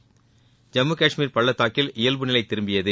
ஐம்மு காஷ்மீர் பள்ளத்தாக்கில் இயல்பு நிலை திரும்பியது